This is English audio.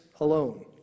alone